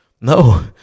no